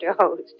Host